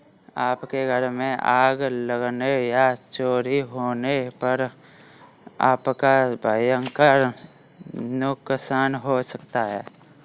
आपके घर में आग लगने या चोरी होने पर आपका भयंकर नुकसान हो सकता है